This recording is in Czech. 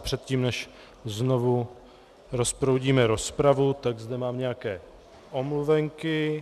Předtím, než znovu rozproudíme rozpravu, tak zde mám nějaké omluvenky.